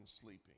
sleeping